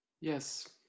Yes